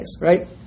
Right